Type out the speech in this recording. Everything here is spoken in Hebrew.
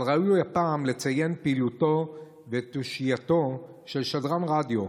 אבל ראוי הפעם לציין את פעילותו ואת תושייתו של שדרן רדיו,